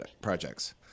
projects